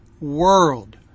world